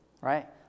right